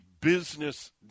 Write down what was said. business